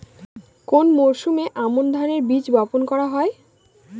কোন মরশুমে আমন ধানের বীজ বপন করা হয়?